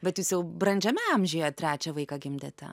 bet jūs jau brandžiame amžiuje trečią vaiką gimdėte